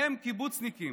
הם קיבוצניקים.